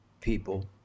people